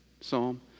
psalm